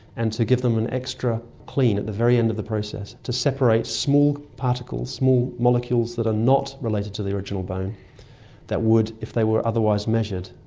and to give them an extra clean at the very end of the process to separate small particles, small molecules that are not related to the original bone that would, if they were otherwise measured,